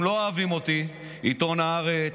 הם לא אוהבים אותי, עיתון הארץ,